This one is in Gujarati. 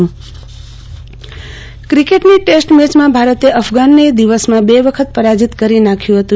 આરતી ભટ્ટ ટેસ્ટ મેચ ક્રિકેટની ટેસ્ટ મેચમાં ભારતને અફઘાનને દિવસમાં બે વખત પરાજિત કરી નાખ્યું હતું